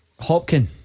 Hopkin